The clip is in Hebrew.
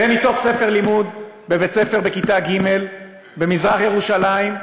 זה מתוך ספר לימוד לכיתה ג' בבית-ספר במזרח-ירושלים.